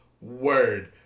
Word